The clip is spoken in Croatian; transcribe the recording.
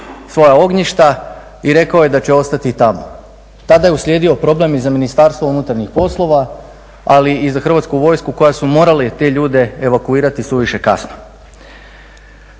svoja ognjišta i rekao je da će ostati tamo. Tada je uslijedio problem i za Ministarstvo unutarnjih poslova, ali i za Hrvatsku vojsku koji su morali te ljude evakuirati suviše kasno.